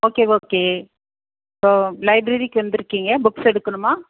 okay okay so லைப்ரரிக்கு வந்துருக்கீங்க books எடுக்கணுமா